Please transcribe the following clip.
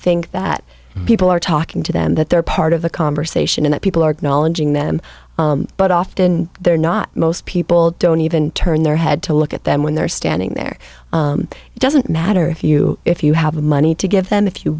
think that people are talking to them that they're part of the conversation in that people are knowledge in them but often they're not most people don't even turn their head to look at them when they're standing there it doesn't matter if you if you have money to give them if you